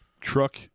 truck